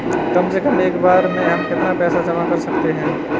कम से कम एक बार में हम कितना पैसा जमा कर सकते हैं?